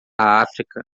áfrica